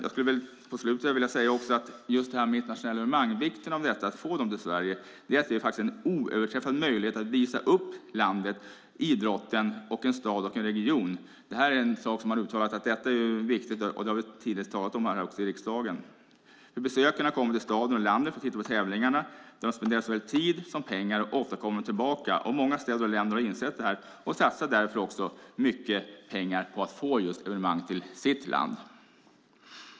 Att få internationella evenemang till Sverige är viktigt därför att det är en oöverträffad möjlighet att visa upp landet, idrotten, en stad och en region. Detta är en sak som man har uttalat är viktig, och det har vi också tidvis talat om här i riksdagen. Besökarna kommer till staden och landet för att titta på tävlingarna. De spenderar såväl tid som pengar, och ofta kommer de tillbaka. Många städer och länder har insett detta och satsar därför mycket pengar på att få evenemang till sitt land.